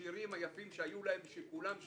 השירים היפים שהיו להם, ושכולם שרו.